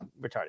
retarded